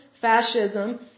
fascism